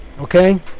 Okay